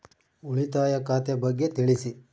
ಉಳಿತಾಯ ಖಾತೆ ಬಗ್ಗೆ ತಿಳಿಸಿ?